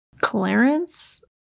Clarence